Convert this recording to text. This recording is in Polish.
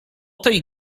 tej